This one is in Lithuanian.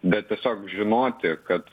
bet tiesiog žinoti kad